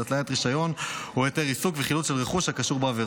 התליית רישיון או היתר עיסוק וחילוט של רכוש הקשור בעבירה.